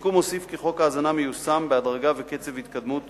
לסיכום אוסיף כי חוק ההזנה מיושם בהדרגה ובקצב התקדמות